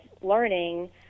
learning